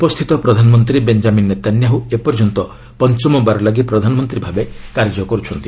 ଉପସ୍ଥିତ ପ୍ରଧାନମନ୍ତ୍ରୀ Benjamin Netanyahu ଏପର୍ଯ୍ୟନ୍ତ ପଞ୍ଚମବାର ଲାଗି ପ୍ରଧାନମନ୍ତ୍ରୀ ଭାବେ କାର୍ଯ୍ୟ କରୁଛନ୍ତି